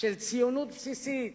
של ציונות בסיסית